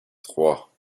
trois